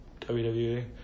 WWE